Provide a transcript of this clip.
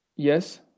Yes